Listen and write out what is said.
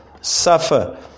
suffer